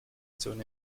still